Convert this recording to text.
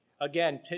Again